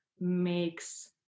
makes